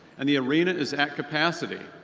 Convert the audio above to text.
and the arena is at capacity.